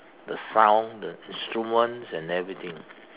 the sound the instruments and everything